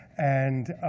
and